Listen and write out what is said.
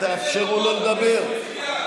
תאפשרו לו לדבר.